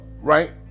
right